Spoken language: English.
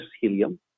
helium